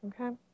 okay